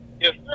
Yes